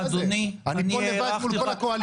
אני פה לבד מול כל הקואליציה.